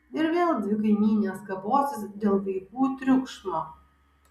ir vėl dvi kaimynės kaposis dėl vaikų triukšmo